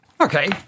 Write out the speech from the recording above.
Okay